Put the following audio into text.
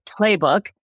playbook